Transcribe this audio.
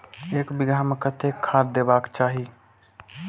एक बिघा में कतेक खाघ देबाक चाही?